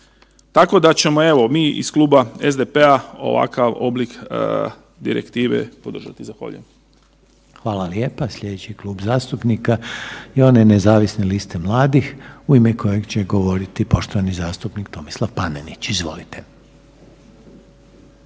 Tako da ćemo, evo, mi iz Kluba SDP-a ovakav oblik direktive podržati. Zahvaljujem. **Reiner, Željko (HDZ)** Hvala lijepa. Sljedeći klub zastupnika je onaj Nezavisne liste mladih u ime kojeg će govoriti poštovani zastupnik Tomislav Panenić. Izvolite.